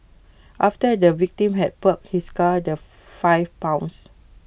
after the victim had parked his car the five pounced